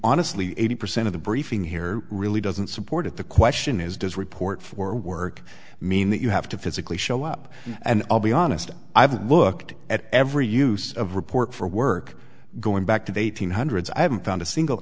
honestly eighty percent of the briefing here really doesn't support it the question is does report for work mean that you have to physically show up and i'll be honest i've looked at every use of report for work going back to the eight hundred psi haven't found a single